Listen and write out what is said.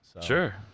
Sure